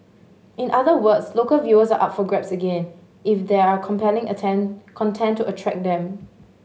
in other words local viewers are for grabs again if there are compelling attend content to attract them